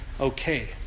okay